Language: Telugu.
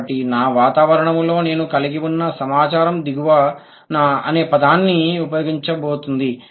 కాబట్టి భాషా వాతావరణంలో నేను కలిగి ఉన్న సమాచారం దిగువన అనే పదాన్ని ఉపయోగించబోతోంది